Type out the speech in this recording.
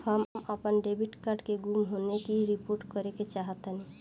हम अपन debit card के गुम होने की रिपोर्ट करे चाहतानी